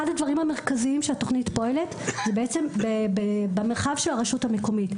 אחד הדברים המרכזיים בו התוכנית פועלת הוא במרחב של הרשות המקומית.